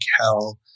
hell